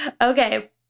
Okay